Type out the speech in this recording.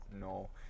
no